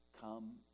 come